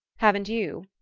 haven't you?